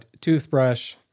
toothbrush